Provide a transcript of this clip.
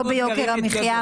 מי בעד קבלת ההסתייגות?